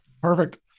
Perfect